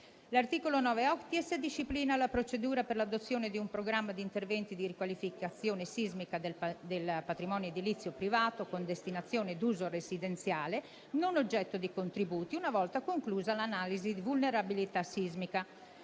L'articolo 9-*octies* disciplina la procedura per l'adozione di un programma di interventi di riqualificazione sismica del patrimonio edilizio privato con destinazione d'uso residenziale, non oggetto di contributi, una volta conclusa l'analisi di vulnerabilità sismica.